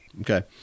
Okay